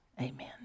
Amen